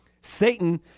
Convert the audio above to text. Satan